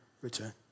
return